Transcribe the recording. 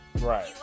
right